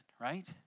right